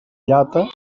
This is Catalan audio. llata